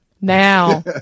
now